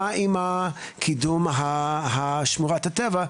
מה עם קידום שמורת הטבע,